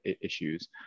issues